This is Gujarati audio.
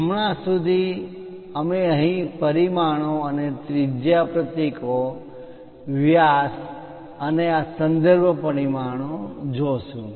હમણાં સુધી અમે અહીં પરિમાણો અને ત્રિજ્યા પ્રતીકો વ્યાસ અને આ સંદર્ભ પરિમાણો જોશું